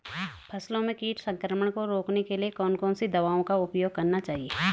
फसलों में कीट संक्रमण को रोकने के लिए कौन कौन सी दवाओं का उपयोग करना चाहिए?